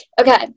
Okay